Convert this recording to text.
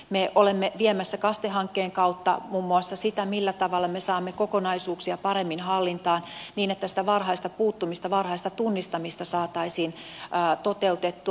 me olemme viemässä kaste hankkeen kautta eteenpäin muun muassa sitä millä tavalla me saamme kokonaisuuksia paremmin hallintaan niin että sitä varhaista puuttumista varhaista tunnistamista saataisiin toteutettua